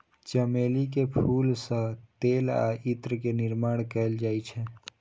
चमेली के फूल सं तेल आ इत्र के निर्माण कैल जाइ छै